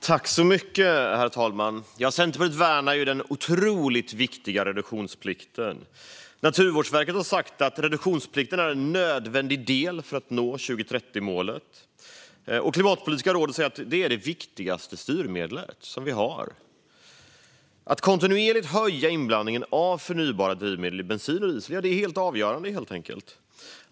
Herr talman! Centerpartiet värnar den otroligt viktiga reduktionsplikten. Naturvårdsverket har sagt att reduktionsplikten är en nödvändig del för att nå 2030-målet, och Klimatpolitiska rådet säger att detta är det viktigaste styrmedel vi har. Att kontinuerligt höja inblandningen av förnybara drivmedel i bensin i diesel är helt avgörande, helt enkelt.